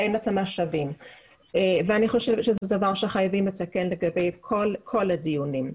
אני חושבת שזה דבר שחייבים לתקן לגבי כל הדיונים.